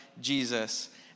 Jesus